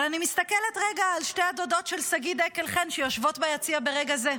אבל אני מסתכלת רגע שתי הדודות של שגיא דקל חן שיושבות ביציע ברגע זה,